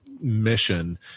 mission